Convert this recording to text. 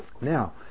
Now